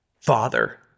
Father